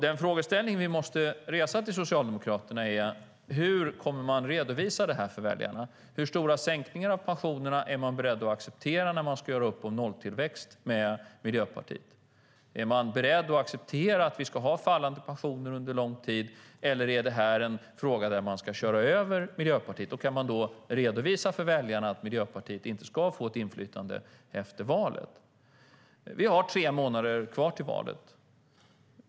Den fråga vi måste ställa till Socialdemokraterna är hur de kommer att redovisa detta för väljarna. Hur stora sänkningar av pensionerna är de beredda att acceptera när de ska göra upp om nolltillväxt med Miljöpartiet? Är man beredd att acceptera att vi ska ha fallande pensioner under lång tid, eller är det här en fråga där man ska köra över Miljöpartiet? Kan man då redovisa för väljarna att Miljöpartiet inte ska få inflytande efter valet? Vi har tre månader kvar till valet.